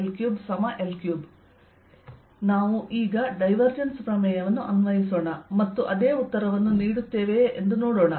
ds2L32L3 3L3L3 ನಾವು ಈಗ divergence ಪ್ರಮೇಯವನ್ನು ಅನ್ವಯಿಸೋಣ ಮತ್ತು ಅದೇ ಉತ್ತರವನ್ನು ನೀಡುತ್ತೇವೆಯೇ ಎಂದು ನೋಡೋಣ